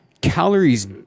calories